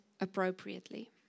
appropriately